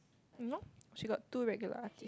(mm nor) she got two regular artist